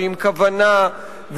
עם כוונה,